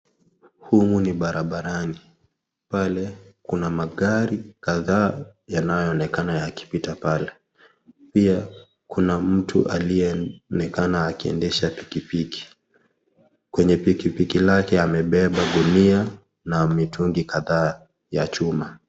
Humu ni barabarani, pale Kuna magari yanayoonekana yakipota pale. Pia kuna mtu aliyeonekana akiendesha pikipiki, kwenye pikipiki yake amebeba gunia na mitungi kadhaa ya juma.